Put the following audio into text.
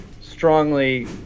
strongly